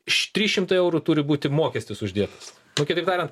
iš trys šimtai eurų turi būti mokestis uždėtas nu kitaip tariant